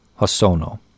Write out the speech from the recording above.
Hosono